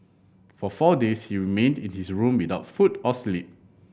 for four days he remained in his room without food or sleep